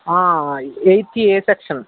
eighth a section